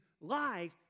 life